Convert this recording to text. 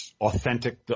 authentic